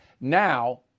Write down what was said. Now